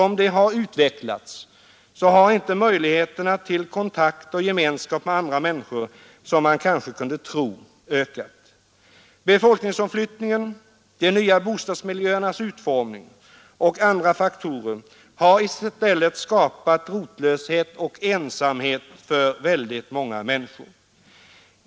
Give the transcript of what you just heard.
Möjligheterna till kontakt och gemenskap med andra människor har inte som man kanske kunde tro ökat i det centraliserade samhället. Befolkningsomflyttningen, de nya bostadsmiljöernas utformning och andra faktorer har i stället skapat rotlöshet och ensamhet för många människor.